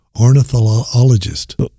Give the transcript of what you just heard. Ornithologist